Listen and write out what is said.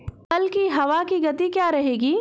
कल की हवा की गति क्या रहेगी?